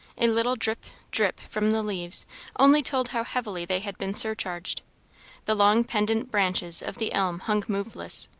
a little drip, drip from the leaves only told how heavily they had been surcharged the long pendent branches of the elm hung moveless,